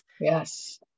Yes